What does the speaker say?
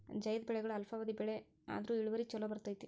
ಝೈದ್ ಬೆಳೆಗಳು ಅಲ್ಪಾವಧಿ ಬೆಳೆ ಆದ್ರು ಇಳುವರಿ ಚುಲೋ ಬರ್ತೈತಿ